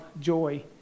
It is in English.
joy